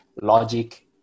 logic